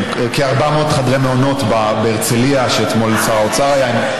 ראשונת הדוברים, עאידה